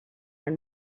and